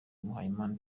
muhayimana